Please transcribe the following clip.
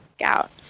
out